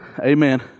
Amen